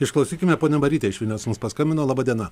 išklausykime ponia marytė iš vilniaus mums paskambino laba diena